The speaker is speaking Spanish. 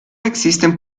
existen